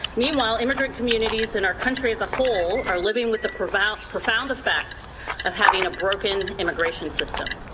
meanwhile, immigrant communities in our country as a whole are living with the profound profound effects of having a broken immigration system.